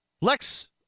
Lex